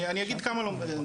אני אגיד כמה לומדים,